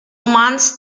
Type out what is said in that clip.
romans